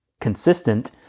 consistent –